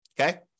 Okay